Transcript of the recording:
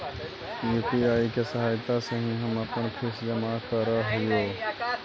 UPI की सहायता से ही हम अपन फीस जमा करअ हियो